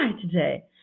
today